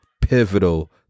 pivotal